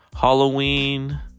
Halloween